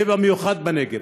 ובמיוחד בנגב.